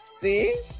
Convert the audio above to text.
See